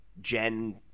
gen